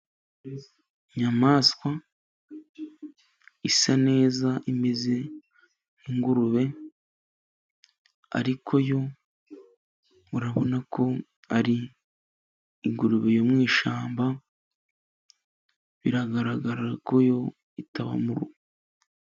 Inyamaswa isa neza ,imeze nk'ingurube ariko yo urabona ko ari ingurube yo mu ishyamba, biragaragara ko yo itaba mu rugo.